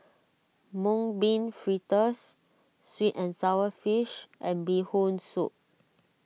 Mung Bean Fritters Sweet and Sour Fish and Bee Hoon Soup